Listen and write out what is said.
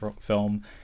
film